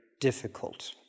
difficult